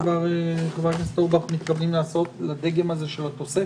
מה אנחנו מתכוונים לעשות לדגם הזה של התוספת.